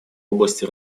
области